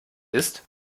ist